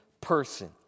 person